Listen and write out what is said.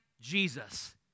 Jesus